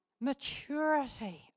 maturity